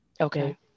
Okay